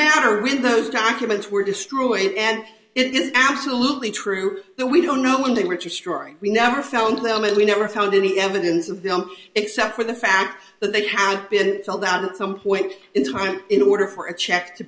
matter when those documents were destroyed and it is absolutely true that we don't know when they were to strike we never found them and we never found any evidence of them except for the fact that they had been held out at some point in time in order for a check to